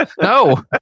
No